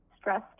stress